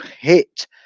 hit